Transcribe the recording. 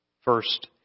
First